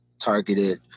targeted